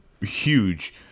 huge